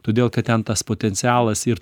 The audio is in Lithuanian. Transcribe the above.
todėl kad ten tas potencialas ir